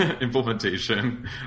implementation